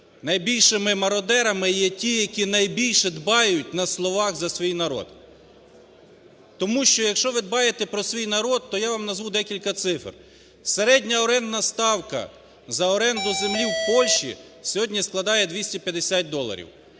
найбільшими мародерами, які найбільше дбають на словах, за свій народ, тому що, якщо ви дбаєте про свій народ, то я вам назву декілька цифр. Середня орендна ставка за оренду землі в Польщі сьогодні складає 250 доларів,